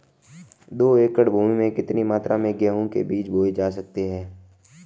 दो एकड़ भूमि में कितनी मात्रा में गेहूँ के बीज बोये जा सकते हैं?